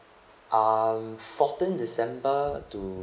um fourteen december to